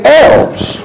elves